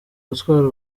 gutwara